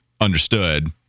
understood